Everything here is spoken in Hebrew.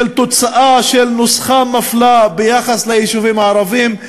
תוצאה של נוסחה מפלה ביחס ליישובים הערביים.